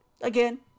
Again